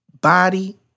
body